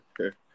okay